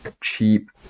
Cheap